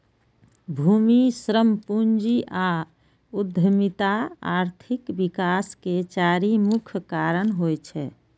भूमि, श्रम, पूंजी आ उद्यमिता आर्थिक विकास के चारि मुख्य कारक होइ छै